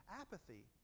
apathy